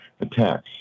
attacks